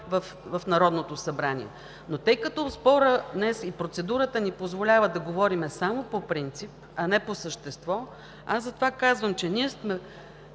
в Народното събрание. Тъй като спорът и процедурата днес ни позволяват да говорим само по принцип, а не по същество, затова казвам, че ние сме